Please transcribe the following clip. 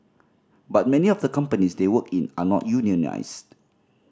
but many of the companies they work in are not unionised